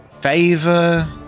favor